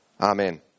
Amen